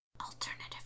Alternative